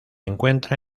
encuentra